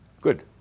Good